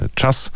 czas